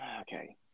Okay